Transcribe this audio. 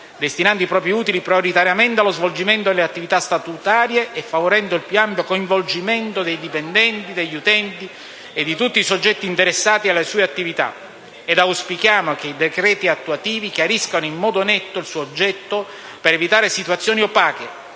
destinando i propri utili prioritariamente allo svolgimento delle attività statutarie e favorendo il più ampio coinvolgimento dei dipendenti, degli utenti e di tutti i soggetti interessati alle sue attività ed auspichiamo che i decreti attuativi chiariscano in modo netto il suo oggetto, per evitare situazioni opache,